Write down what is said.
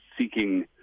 seeking